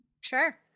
Sure